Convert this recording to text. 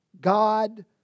God